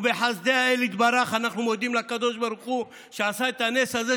ובחסדי האל יתברך אנחנו מודים לקדוש ברוך הוא שעשה את הנס הזה,